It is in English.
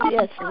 Yes